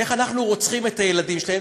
איך אנחנו רוצחים את הילדים שלהם.